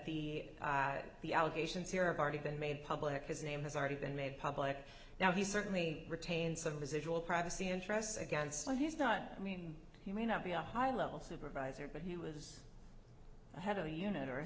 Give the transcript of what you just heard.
the the allegations here of already been made public his name has already been made public now he certainly retains some residual privacy interests again so he's not i mean he may not be a high level supervisor but he was the head of a unit o